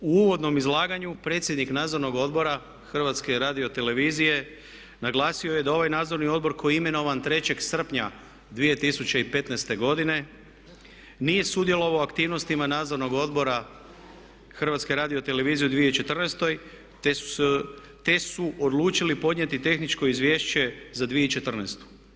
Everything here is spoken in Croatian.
U uvodnom izlaganju predsjednik Nadzornog odbora HRT-a naglasio je da ovaj nadzorni odbor koji je imenovan 3.srpnja 2015.godine nije sudjelovao u aktivnostima nadzornog odbora HRT-a u 2014. te su odlučili podnijeti tehničko izvješće za 2014.